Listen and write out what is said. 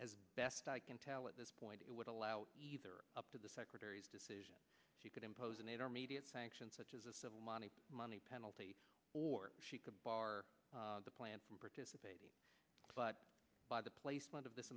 as best i can tell at this point it would allow either up to the secretary's decision she could impose an eight hour media sanction such as a civil money money penalty or she could bar the plan from participating but by the placement of this